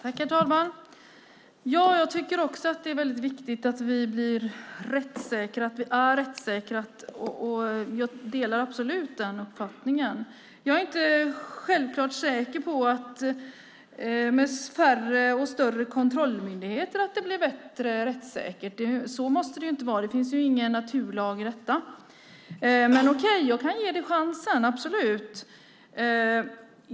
Herr talman! Jag tycker också att det är väldigt viktigt att det blir rättssäkert. Jag delar absolut den uppfattningen. Jag är inte självklart säker på att det blir bättre och mer rättssäkert med färre och större kontrollmyndigheter. Så måste det inte vara. Det finns ingen naturlag i detta. Men, okej, jag kan ge det chansen, absolut.